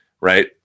right